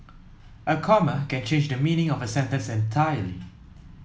a comma can change the meaning of a sentence entirely